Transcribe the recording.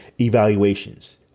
evaluations